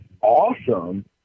awesome